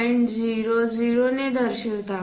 00 ने दर्शवित आहोत